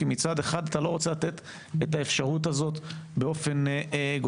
כי מצד אחד אתה לא רוצה לתת את האפשרות הזאת באופן גורף,